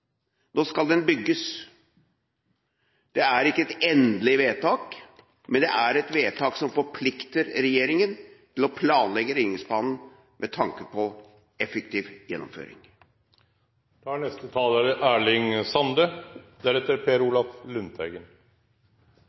nå, er det et vedtak om at Ringeriksbanen skal realiseres. Nå skal den bygges. Det er ikke et endelig vedtak, men det er et vedtak som forplikter regjeringen til å planlegge Ringeriksbanen med tanke på effektiv gjennomføring.